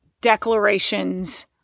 declarations